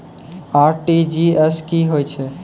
RTGS की होय छै?